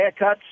haircuts